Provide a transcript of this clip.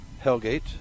Hellgate